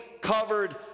covered